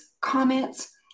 comments